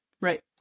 Right